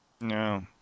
No